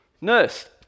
Nurse